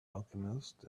alchemist